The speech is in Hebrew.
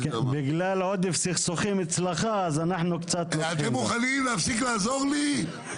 בגלל עודף סכסוכים אצלך אז אנחנו קצת --- אתם מוכנים להפסיק לעזור לי?